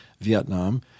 Vietnam